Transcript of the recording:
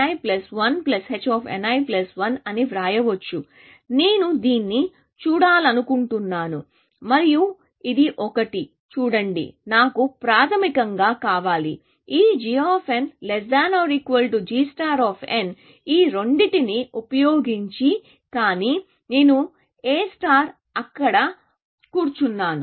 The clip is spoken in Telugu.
కాబట్టి నేను దీన్ని చూడాలనుకుంటున్నాను మరియు ఇది ఒకటి చూడండి నాకు ప్రాథమికంగా కావాలి ఈ g g ఈ రెండింటిని ఉపయోగించి కానీ నేను A అక్కడ కూర్చున్నాను